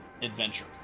adventure